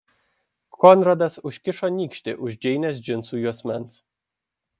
konradas užkišo nykštį už džeinės džinsų juosmens